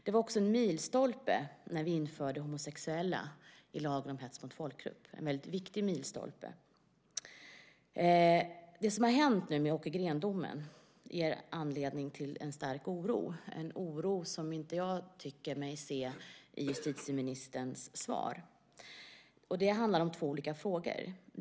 Det var också en milstolpe när vi införde homosexuella i lagen om hets mot folkgrupp - en väldigt viktig milstolpe. Det som har hänt med Åke Green-domen ger anledning till stark oro. Det är en oro som jag inte tycker mig se i justitieministerns svar. Det handlar om två olika frågor.